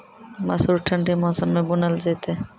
मसूर ठंडी मौसम मे बूनल जेतै?